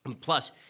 Plus